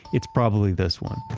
it's probably this one.